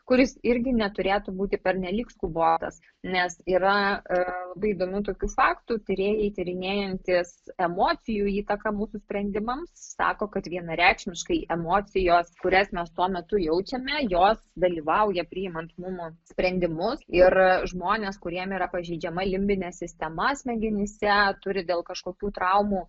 kuris irgi neturėtų būti pernelyg skubotas nes yra labai įdomių tokių faktų tyrėjai tyrinėjantys emocijų įtaką mūsų sprendimams sako kad vienareikšmiškai emocijos kurias mes tuo metu jaučiame jos dalyvauja priimant mum sprendimus ir žmonės kuriems yra pažeidžiama limbinė sistema smegenyse turi dėl kažkokių traumų